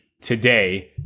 today